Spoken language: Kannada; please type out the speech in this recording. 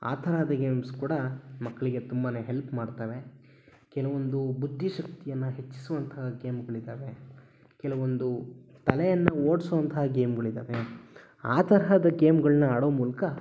ಆ ತರಹದ ಗೇಮ್ಸ್ ಕೂಡ ಮಕ್ಕಳಿಗೆ ತುಂಬಾ ಹೆಲ್ಪ್ ಮಾಡ್ತವೆ ಕೆಲವೊಂದು ಬುದ್ಧಿಶಕ್ತಿಯನ್ನು ಹೆಚ್ಚಿಸುವಂತಹ ಗೇಮ್ಗಳು ಇದ್ದಾವೆ ಕೆಲವೊಂದು ತಲೆಯನ್ನು ಓಡಿಸುವಂತಹ ಗೇಮ್ಗಳು ಇದ್ದಾವೆ ಆ ತರಹದ ಗೇಮ್ಗಳನ್ನ ಆಡೋ ಮೂಲಕ